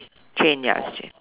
chain ya is chain